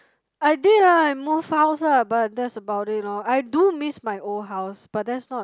I did ah I move house lah but that's about it lor I do miss my old house but that's not